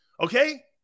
Okay